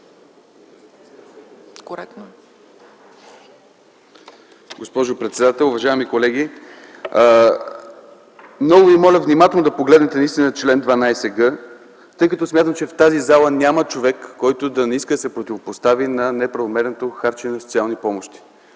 (КБ): Госпожо председател, уважаеми колеги! Много ви моля наистина внимателно да погледнете чл. 12г, защото смятам, че в тази зала няма човек, който да не иска да се противопостави на неправомерното харчене на социални помощи.